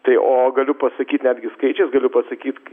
tai o galiu pasakyt netgi skaičiai gali pasakyt